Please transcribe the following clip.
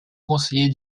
conseiller